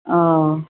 ओ